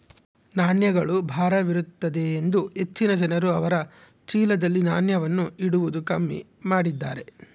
ನಾಣ್ಯಗಳು ಭಾರವಿರುತ್ತದೆಯೆಂದು ಹೆಚ್ಚಿನ ಜನರು ಅವರ ಚೀಲದಲ್ಲಿ ನಾಣ್ಯವನ್ನು ಇಡುವುದು ಕಮ್ಮಿ ಮಾಡಿದ್ದಾರೆ